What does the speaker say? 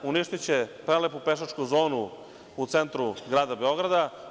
Uništiće će prelepu pešačku zonu u centru grada Beograda.